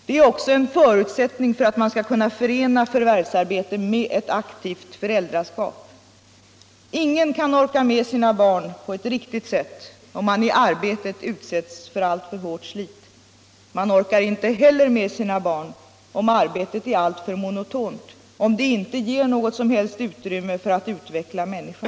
Det är också en förutsättning för att man skall kunna förena förvärvsarbete med ett aktivt föräldraskap. Ingen kan orka med sina barn på ett riktigt sätt om man i arbetet .utsätts för alltför hårt slit. Man orkar inte heller med sina barn om arbetet är alltför monotont, om det inte ger något som helst utrymme för att utveckla människan.